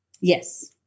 Yes